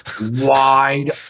Wide